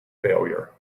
failure